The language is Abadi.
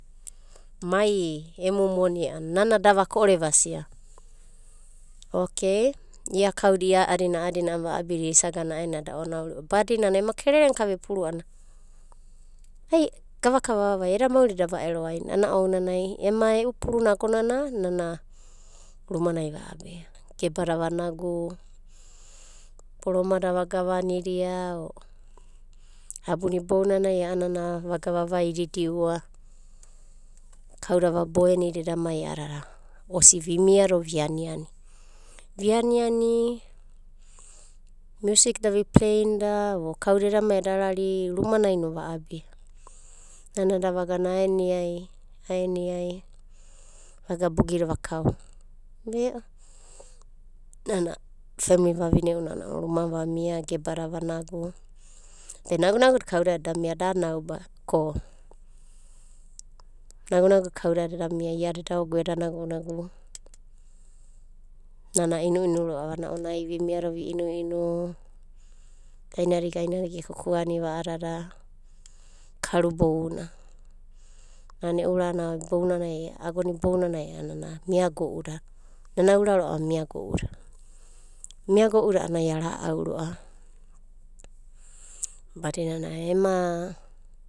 Mai emu moni a'ana nana da vako'ore vasia okei ia kauda ia'adina a'adina a'adada va'abida isagana a'aenanai eda onaurio. Badinana ema kerere ka vepurur a'ana ai gava vavaida, eda maurina da va'eroaina ounanai ema e'u puruna agonana nana rumanai vo'abia. Gebada vanagu, boromada vagavanidia, o abuna ibounanai a'ana vava ididiua kauda vaboenida edamai a'adada osi vimiada vi aniani. Vi aniani miusik da vi pleinda or kauda edamai eda rari, rumanai no va'abia. Nana da vagana aeniai aeniai vaga bugida vakau. Femli vavine ounanai rumanai vamia gebada vanogu. Okei nagunagu da kaudada eda mia da naube. Nagunagu da kaudada eda mia iada eda ogu eda nagunagu. Nana a inuinu ro'ava ounai ai vimia do vi inuinu, gainadi gainadi ge kukuaniva a'adada, karubouna. Nana e'u nana ibounanai a'ana miago'uda. Nana aura ro'ava mia go'uda. Miago'uda a'anai ara'au roava badinana ema.